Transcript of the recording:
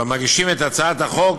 והמגישים את הצעת החוק